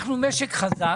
אנחנו משק חזק